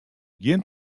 gjin